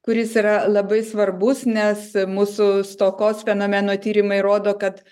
kuris yra labai svarbus nes mūsų stokos fenomeno tyrimai rodo kad